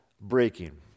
breaking